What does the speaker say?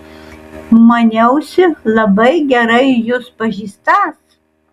maniausi labai gerai jus pažįstąs